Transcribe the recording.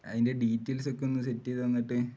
അതിൻ്റെ ഡീറ്റെയിൽസ് ഒക്കെ ഒന്ന് സെറ്റ് ചെയ്ത് തന്നിട്ട്